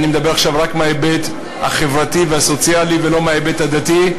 ואני מדבר עכשיו רק מההיבט החברתי והסוציאלי ולא מההיבט הדתי,